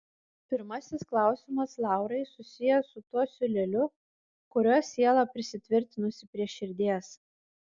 pirmasis klausimas laurai susijęs su tuo siūleliu kuriuo siela prisitvirtinusi prie širdies